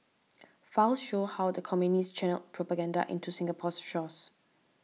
files show how the Communists channelled propaganda into Singapore's shores